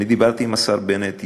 אני דיברתי עם השר בנט.